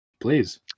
please